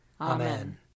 Amen